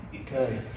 okay